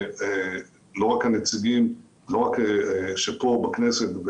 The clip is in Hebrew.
לא רק הנציגים שפה בכנסת,